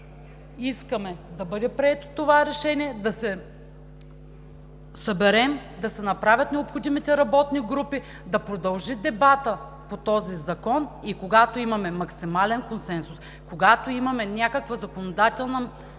искаме да бъде прието това решение, да се съберем, да се направят необходимите работни групи, да продължи дебатът по този закон и когато имаме максимален консенсус, когато имаме някаква законодателна рамка